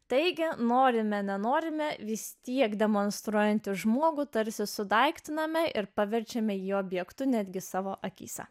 taigi norime nenorime vistiek demonstruojantį žmogų tarsi sudaiktiname ir paverčiame jį objektu netgi savo akyse